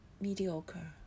mediocre